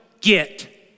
get